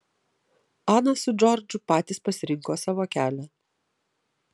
ana su džordžu patys pasirinko savo kelią